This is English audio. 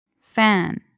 Fan